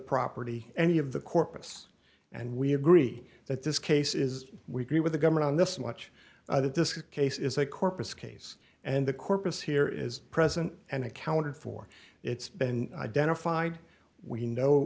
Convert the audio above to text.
property any of the corpus and we agree that this case is we could do with the government on this much that this case is a corpus case and the corpus here is present and accounted for it's been identified we know